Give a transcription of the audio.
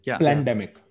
pandemic